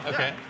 Okay